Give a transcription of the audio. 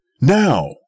Now